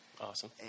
Awesome